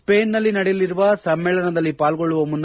ಸ್ಟ್ರೆನ್ನಲ್ಲಿ ನಡೆಯಲಿರುವ ಸಮ್ಮೇಳನದಲ್ಲಿ ಪಾಲ್ಗೊಳ್ಳುವ ಮುನ್ನ